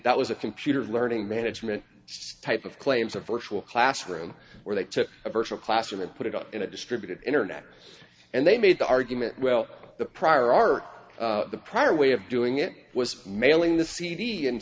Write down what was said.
that was a computer learning management type of claims a virtual classroom where they took a virtual classroom and put it up in a distributed internet and they made the argument well the prior art the prior way of doing it was mailing the cd in